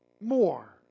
more